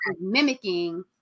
mimicking